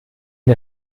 der